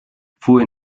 fuhr